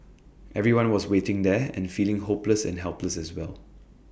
everyone was waiting there and feeling hopeless and helpless as well